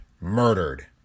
Murdered